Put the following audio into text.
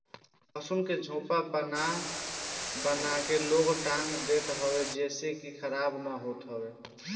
लहसुन के झोपा बना बना के लोग टांग देत हवे जेसे इ खराब ना होत हवे